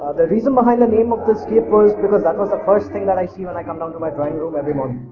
the reason behind the name of the scape was but was that was the first thing i see when i come down to my drawing room every morning.